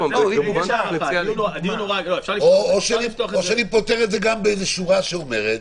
או שאני פותר את זה בשורה שאומרת